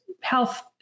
health